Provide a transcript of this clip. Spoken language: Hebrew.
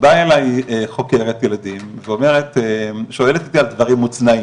בא אליי חוקרת ילדים ושואלת אותי על דברים מוצנעים,